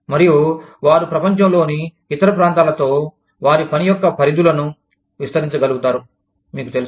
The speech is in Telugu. మరియు వారు ప్రపంచంలోని ఇతర ప్రాంతాలతో వారిపని యొక్క పరిధులను విస్తరించగలుగుతారు మీకు తెలుసు